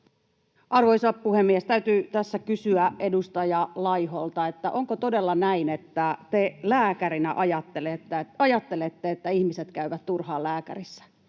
Arvoisa puhemies! Täytyy tässä kysyä edustaja Laiholta, onko todella näin, että te lääkärinä ajattelette, että ihmiset käyvät turhaan lääkärissä.